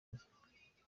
njye